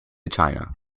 china